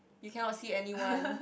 you cannot see anyone